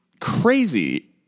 crazy